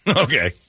Okay